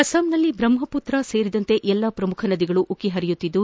ಅಸ್ಲಾಂನಲ್ಲಿ ಬ್ರಹ್ಮಪುತ್ರಾ ಸೇರಿದಂತೆ ಎಲ್ಲ ಪ್ರಮುಖ ನದಿಗಳು ಉಕ್ಕಿ ಪರಿಯುತ್ತಿದ್ದು